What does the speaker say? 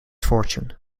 fortune